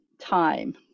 time